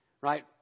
Right